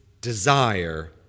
desire